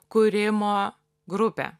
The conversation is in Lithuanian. kūrimo grupė